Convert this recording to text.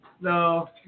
no